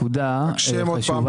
נקודה מאוד חשובה.